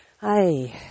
Hi